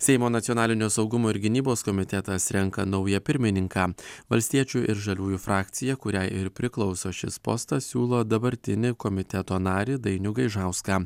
seimo nacionalinio saugumo ir gynybos komitetas renka naują pirmininką valstiečių ir žaliųjų frakcija kuriai ir priklauso šis postas siūlo dabartinį komiteto narį dainių gaižauską